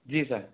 जी sir